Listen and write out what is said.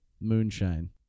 Moonshine